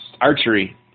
archery